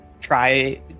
try